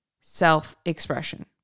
self-expression